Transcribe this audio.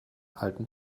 alten